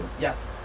Yes